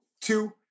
Two